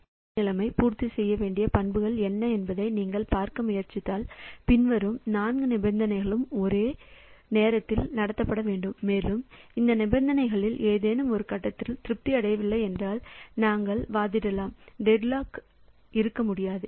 ஒரு டெட்லாக் நிலைமை பூர்த்தி செய்ய வேண்டிய பண்புகள் என்ன என்பதை நீங்கள் பார்க்க முயற்சித்தால் பின்வரும் நான்கு நிபந்தனைகளும் அவை ஒரே நேரத்தில் நடத்தப்பட வேண்டும் மேலும் இந்த நிபந்தனைகளில் ஏதேனும் ஒரு கட்டத்தில் திருப்தி அடையவில்லை என்றால் நாங்கள் வாதிடலாம் டெட்லாக் இருக்க முடியாது